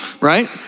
right